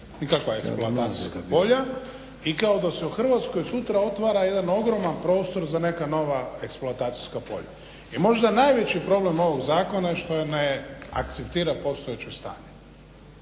nikakva eksploatacijska polja. I kao da se u Hrvatskoj sutra otvara jedan ogroman prostor za neka nova eksploatacijska polja. I možda najveći problem ovog zakona je što je ne akciftira postojeće stanje,